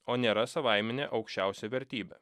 o nėra savaiminė aukščiausia vertybė